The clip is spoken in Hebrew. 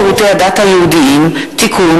הצעת חוק שירותי הדת היהודיים (תיקון,